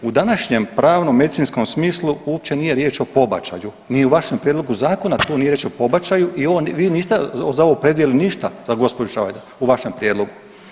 U današnjem pravnom medicinskom smislu uopće nije riječ o pobačaju, ni u vašem prijedlogu zakona tu nije riječ o pobačaju i vi niste za ovo predvidjeli ništa za gospođu Čavajda u vašem prijedlogu.